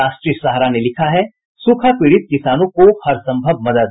राष्ट्रीय सहारा ने लिखा है सूखा पीड़ित किसानों को हरसंभव मदद